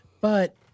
but-